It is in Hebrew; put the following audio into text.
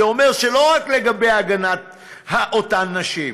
וזה אומר שלא רק להגנת אותן נשים.